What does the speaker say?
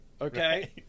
Okay